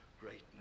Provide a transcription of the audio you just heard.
greatness